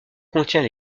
contient